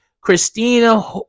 Christina